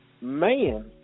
Man